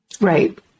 Right